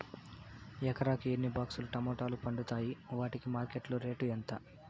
ఎకరాకి ఎన్ని బాక్స్ లు టమోటాలు పండుతాయి వాటికి మార్కెట్లో రేటు ఎంత?